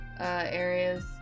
areas